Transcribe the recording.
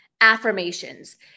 Affirmations